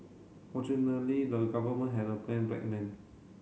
fortunately the government had a plan back then